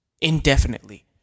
indefinitely